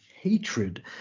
Hatred